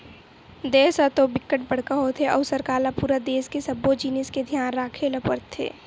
देस ह तो बिकट बड़का होथे अउ सरकार ल पूरा देस के सब्बो जिनिस के धियान राखे ल परथे